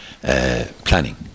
Planning